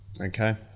Okay